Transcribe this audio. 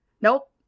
nope